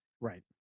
Right